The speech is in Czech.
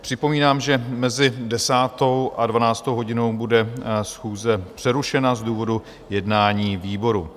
Připomínám, že mezi 10. a 12. hodinou bude schůze přerušena z důvodu jednání výborů.